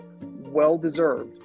Well-deserved